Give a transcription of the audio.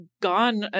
gone